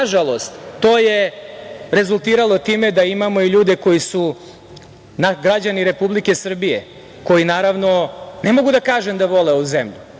nažalost, to je rezultiralo time da imamo i ljude koji su građani Republike Srbije, koji naravno, ne mogu da kažem da vole ovu zemlju,